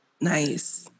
Nice